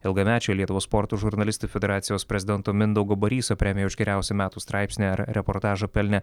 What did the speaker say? ilgamečio lietuvos sporto žurnalistų federacijos prezidento mindaugo baryso premiją už geriausią metų straipsnį ar reportažą pelnė